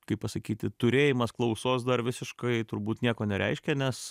kaip pasakyti turėjimas klausos dar visiškai turbūt nieko nereiškia nes